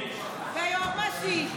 ובייניש.